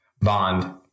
Bond